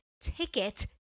ticket